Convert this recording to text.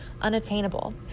unattainable